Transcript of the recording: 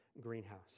greenhouse